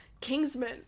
Kingsman